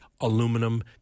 aluminum